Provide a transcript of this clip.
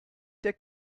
der